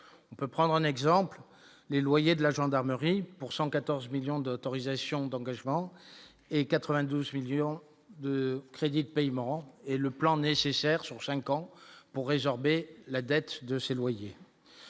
on peut prendre un exemple, les loyers de la gendarmerie pour 114 millions d'autorisations d'engagement et 92 millions de crédits de paiement et le plan nécessaire sur 5 ans pour résorber la dette de ses loyers